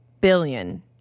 billion